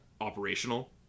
operational